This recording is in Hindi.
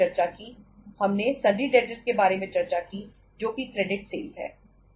हमने सिर्फ इन्वेंट्री के बारे में चर्चा की हमने सॉन्डरी डेटर्स के बारे में चर्चा की जो कि क्रेडिट सेल्स है